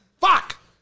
Fuck